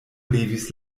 levis